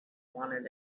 wanted